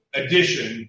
edition